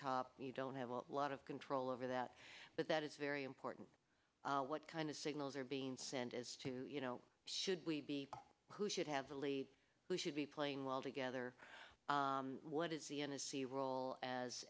top you don't have a lot of control over that but that is very important what kind of signals are being sent as to you know should we be who should have the lead who should be playing well together what is the n s c role as